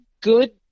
good